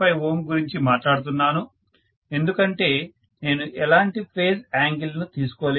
5Ω గురించి మాట్లాడుతున్నాను ఎందుకంటే నేను ఎలాంటి ఫేస్ యాంగిల్ ను తీసుకోలేదు